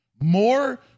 more